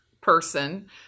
person